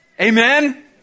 Amen